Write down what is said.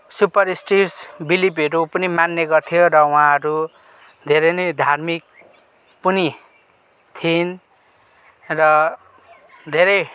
superstitious बिलिभहरू पनि मान्ने गर्थ्यो र उहाँहरू धेरै नै धार्मिक पनि थिइन र धेरै